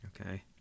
Okay